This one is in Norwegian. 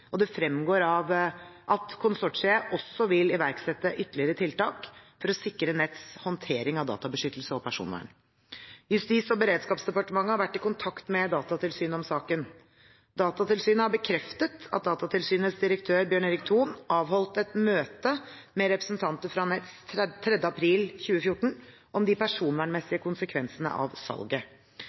og det fremgår at konsortiet også vil iverksette ytterligere tiltak for å sikre Nets’ håndtering av databeskyttelse og personvern. Justis- og beredskapsdepartementet har vært i kontakt med Datatilsynet om saken. Datatilsynet har bekreftet at Datatilsynets direktør Bjørn Erik Thon avholdt et møte med representanter fra Nets 3. april 2014 om de personvernmessige konsekvensene av salget.